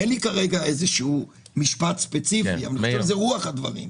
אין לי כרגע הצעה למשפט ספציפי אבל זה רוח הדברים.